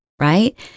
right